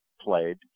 played